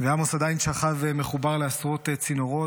ועמוס עדיין שכב מחובר לעשרות צינורות